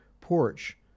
porch